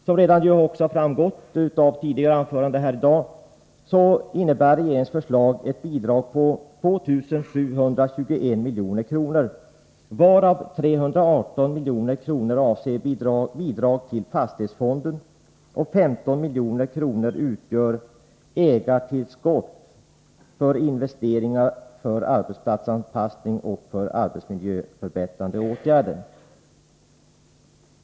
Såsom framgått av tidigare anföranden i dag innebär regeringens förslag ett bidrag på 2 721 milj.kr., varav 318 milj.kr. avser bidrag till fastighetsfonden och 15 milj.kr. utgör ägartillskott till investeringar för arbetsplatsanpassning och för arbetsmiljöförbättrande åtgärder.